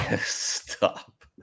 Stop